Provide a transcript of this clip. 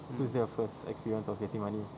so it's their first experience of getting money